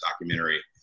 documentary